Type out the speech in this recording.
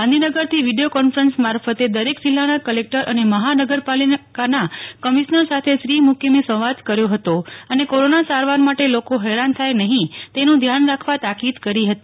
ગાધીનગર થી video conference મારફતે દરેકજિલ્લાના કલેક્ટર અને મહાનગરપાલિકાના કમિશ્નર સાથે શ્રી મૂકીમે સંવાદ કર્યો હતો અને કોરોના સારવાર માટે લોકો હેરાન થાય નહીં તેનુંધ્યાન રાખવા તાકીદ કરી હતી